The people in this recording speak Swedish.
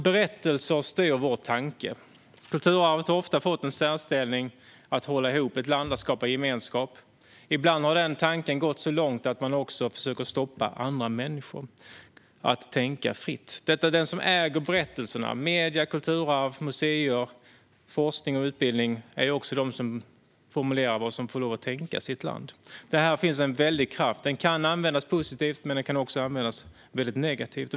Berättelser styr vår tanke. Kulturarvet har ofta fått en särställning när det gäller att hålla ihop ett land och att skapa gemenskap. Ibland har denna tanke gått så långt att man också försöker stoppa andra människor från att tänka fritt. Den som äger berättelserna - medier, kulturarv, museer, forskning och utbildning - är också de som formulerar vad som får lov att tänkas i ett land. Här finns en väldig kraft. Den kan användas positivt, men den kan också användas väldigt negativt.